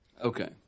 Okay